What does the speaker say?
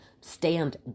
stand